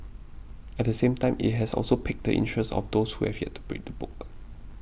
at the same time it has also piqued the interest of those who have yet to read the book